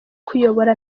kuyobora